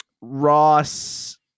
Ross